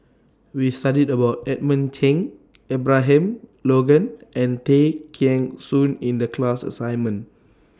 We studied about Edmund Cheng Abraham Logan and Tay Kheng Soon in The class assignment